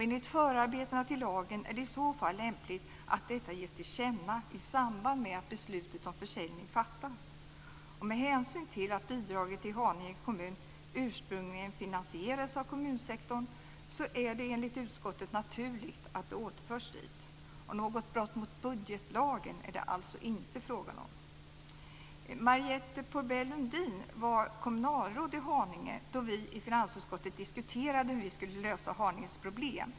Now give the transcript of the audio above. Enligt förarbetena till lagen är det i så fall lämpligt att detta ges till känna i samband med att beslutet om försäljning fattas. Med hänsyn till att bidraget till Haninge kommun ursprungligen finansierades av kommunsektorn är det enligt utskottet naturligt att det återförs dit. Något brott mot budgetlagen är det alltså inte frågan om. Haninge då vi i finansutskottet diskuterade hur vi skulle lösa Haninges problem.